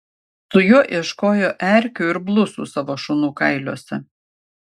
su juo ieškojo erkių ir blusų savo šunų kailiuose